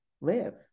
live